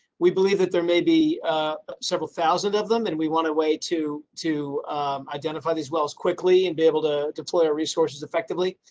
we believe that there may be several one thousand of them, and we want to weigh to to identify these wells quickly and be able to deploy our resources effectively.